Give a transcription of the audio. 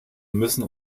müssen